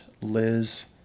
Liz